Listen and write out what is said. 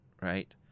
right